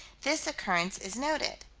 this occurrence is noted.